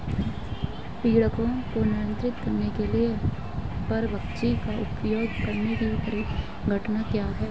पीड़कों को नियंत्रित करने के लिए परभक्षी का उपयोग करने की परिघटना क्या है?